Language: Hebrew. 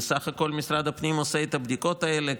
וסך הכול משרד הפנים עושה את הבדיקות האלה,